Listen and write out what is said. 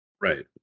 Right